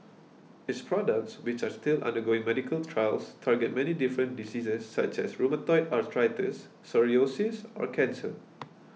its products which are all still undergoing medical trials target many different diseases such as rheumatoid arthritis psoriasis or cancer